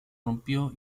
rompió